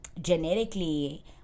genetically